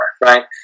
right